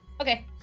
Okay